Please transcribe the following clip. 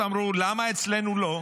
אמרו: למה אצלנו לא?